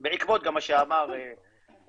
גם בעקבות מה שאמר אלעמור.